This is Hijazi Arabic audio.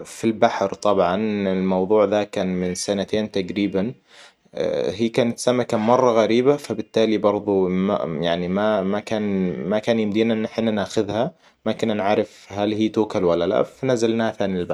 في البحر طبعاً الموضوع ذا كان من سنتين تقريباً هي كانت سمكة مرة غريبة فبالتالي برضو يعني ما ما كان ما كان يمدينا إن احنا ناخدها. ما كنا نعرف هل هي توكل ولا لأ. فنزلناها ثاني البحر